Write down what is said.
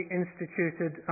instituted